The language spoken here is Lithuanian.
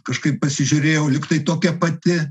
kažkaip pasižiūrėjau lyg tai tokia pati